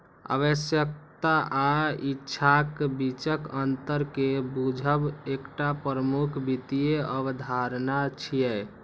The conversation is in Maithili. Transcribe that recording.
आवश्यकता आ इच्छाक बीचक अंतर कें बूझब एकटा प्रमुख वित्तीय अवधारणा छियै